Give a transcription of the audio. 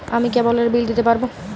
আমি কেবলের বিল দিতে পারবো?